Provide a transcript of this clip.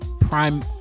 prime